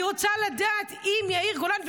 אני רוצה לדעת אם יאיר גולן,